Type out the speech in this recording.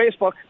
Facebook